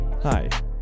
Hi